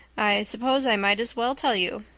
i suppose i might as well tell you.